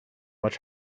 much